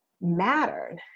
mattered